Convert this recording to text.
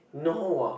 no